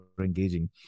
engaging